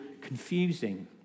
confusing